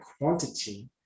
quantity